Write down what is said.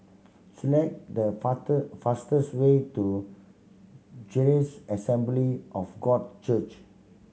select the fastest way to Charis Assembly of God Church